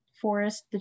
forest